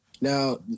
now